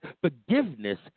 Forgiveness